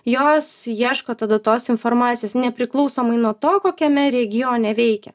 jos ieško tada tos informacijos nepriklausomai nuo to kokiame regione veikia